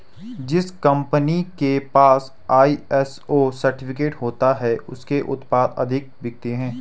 जिस कंपनी के पास आई.एस.ओ सर्टिफिकेट होता है उसके उत्पाद अधिक बिकते हैं